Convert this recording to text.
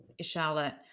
Charlotte